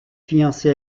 fiancé